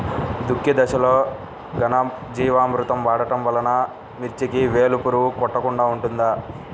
దుక్కి దశలో ఘనజీవామృతం వాడటం వలన మిర్చికి వేలు పురుగు కొట్టకుండా ఉంటుంది?